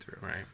Right